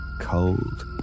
cold